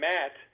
Matt